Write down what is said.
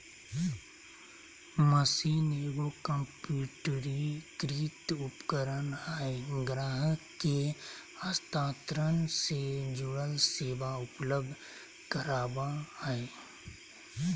machine एगो कंप्यूटरीकृत उपकरण हइ ग्राहक के हस्तांतरण से जुड़ल सेवा उपलब्ध कराबा हइ